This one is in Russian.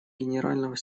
генерального